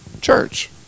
church